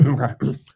Okay